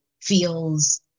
feels